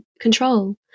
control